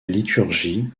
liturgie